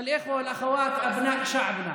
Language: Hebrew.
האחים והאחיות בני עמנו,